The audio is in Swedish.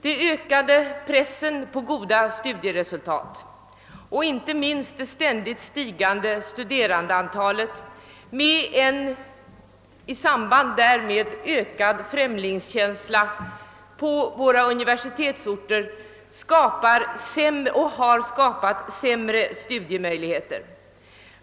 De ökade kraven på goda studieresultat och inte minst det ständigt stigande <studerandeantalet med en i samband därmed ökad främlingskänsla på våra universitetsorter har skapat sämre studiemöjligheter.